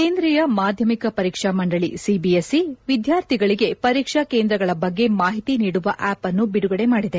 ಕೇಂದ್ರೀಯ ಮಾಧ್ವಮಿಕ ಪರೀಕ್ಷಾ ಮಂಡಳಿ ಸಿಬಿಎಸ್ಸಿ ವಿದ್ಯಾರ್ಥಿಗಳಿಗೆ ಪರೀಕ್ಷಾ ಕೇಂದ್ರಗಳ ಬಗ್ಗೆ ಮಾಹಿತಿ ನೀಡುವ ಆ್ಟಪ್ ಅನ್ನು ಬಿಡುಗಡೆ ಮಾಡಿದೆ